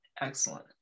Excellent